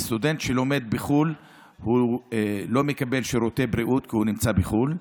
וסטודנט שלומד בחו"ל לא מקבל שירותי בריאות כי הוא נמצא בחו"ל.